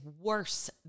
worse